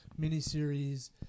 miniseries